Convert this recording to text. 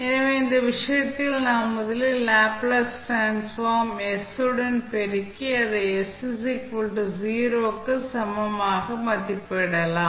எனவே இந்த விஷயத்தில் நாம் முதலில் லேப்ளேஸ் டிரான்ஸ்ஃபார்ம் s உடன் பெருக்கி அதை s 0 க்கு சமமாக மதிப்பிடலாம்